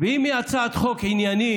אם היא הצעת חוק עניינית,